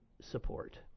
support